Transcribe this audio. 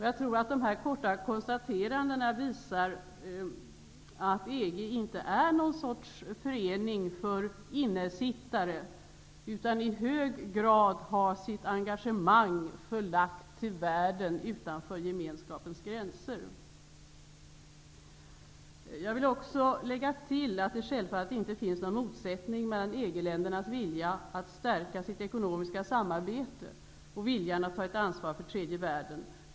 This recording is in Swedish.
Jag tror att dessa korta konstateranden visar att EG inte är någon sorts förening för innesittare utan i hög grad har sitt engagemang förlagt till världen utanför Gemenskapens gränser. Jag vill tillägga att det självfallet inte finns någon motsättning mellan EG-ländernas vilja att stärka sitt ekonomiska samarbete och viljan att ta ansvar för tredje världen.